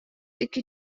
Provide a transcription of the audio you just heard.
икки